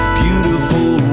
beautiful